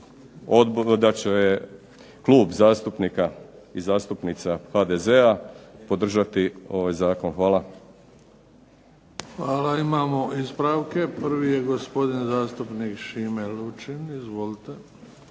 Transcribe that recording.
da će Klub zastupnika i zastupnica HDZ-a podržati ovaj zakon. Hvala. **Bebić, Luka (HDZ)** Hvala. Imamo ispravke. Prvi je gospodin zastupnik Šime Lučin. Izvolite.